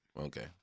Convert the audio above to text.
Okay